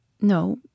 No